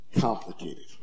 complicated